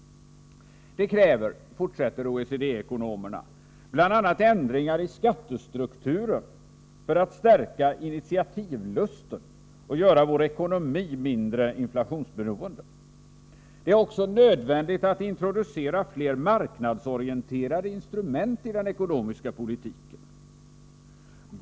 Det kräver, fortsätter OECD ekonomerna, bl.a. ändringar i skattestrukturen för att stärka initiativlusten och göra vår ekonomi mindre inflationsberoende. Det är också nödvändigt att introducera fler marknadsorienterade instrument i den ekonomiska politiken.